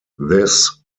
this